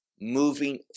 moving